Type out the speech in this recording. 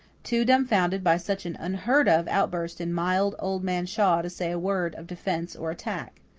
too dumfounded by such an unheard-of outburst in mild old man shaw to say a word of defence or attack.